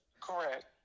Correct